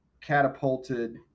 catapulted